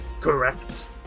correct